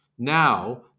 now